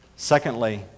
Secondly